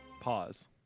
Pause